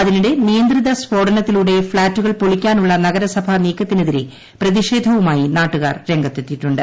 അതിനിടെ നിയന്ത്രിത സ്ഫോടനത്തിലൂടെ ഫ്ളാറ്റുകൾ പൊളിക്കാനുള്ള നഗര്സഭാ നീക്കത്തിനെതിരെ പ്രതിഷേധവുമായി നാട്ടുകാർ രംഗത്തെത്തിയിട്ടുണ്ട്